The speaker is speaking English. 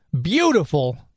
beautiful